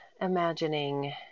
imagining